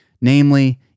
namely